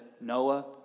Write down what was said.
Noah